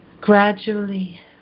Gradually